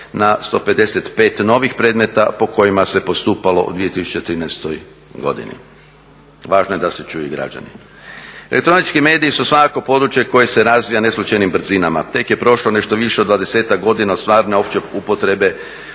na 155 novih predmeta po kojima se postupalo u 2013. godini. Važno je da se čuju i građani. Elektronički mediji su svakako područje koje se razvija neslučajnim brzinama. Tek je prošlo nešto više od 20-ak godina od stvarne opće upotrebe